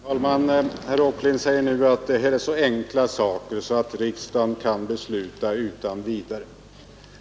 Herr talman! Herr Åkerlind säger nu att dessa saker är så enkla att riksdagen kan besluta utan vidare.